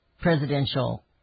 presidential